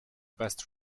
best